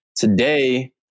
Today